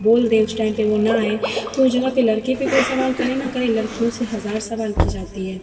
बोल दे उस टाइम पर वह ना आए तो उस जगह पर लड़के पर कोई सवाल करे ना करे लड़कियों से हज़ार सवाल की जाती है